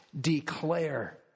declare